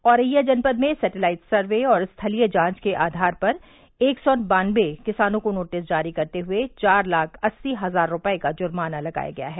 औरैया जनपद में satellite survey और स्थलीय जांच के आधार पर एक सौ बान्नवे किसानों को नोटिस जारी करते हुए चार लाख अस्सी हजार रूपये का जुर्माना लगाया गया है